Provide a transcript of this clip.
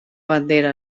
bandera